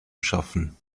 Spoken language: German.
schaffen